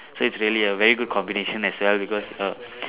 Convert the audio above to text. so its really a very good combination as well because err